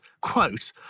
quote